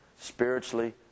spiritually